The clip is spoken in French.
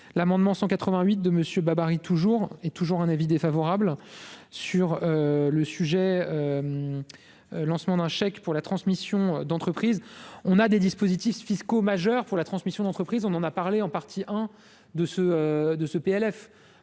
l'amendement 188 de Monsieur Babary toujours et toujours un avis défavorable sur le sujet. Lancement d'un chèque pour la transmission d'entreprise, on a des dispositifs fiscaux majeur pour la transmission d'entreprise, on en a parlé en partie hein de ce de